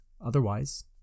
Otherwise